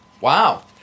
Wow